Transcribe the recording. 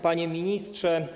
Panie Ministrze!